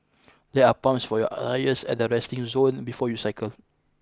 there are pumps for your tyres at the resting zone before you cycle